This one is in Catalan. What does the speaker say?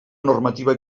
normativa